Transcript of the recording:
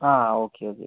ആ okay okay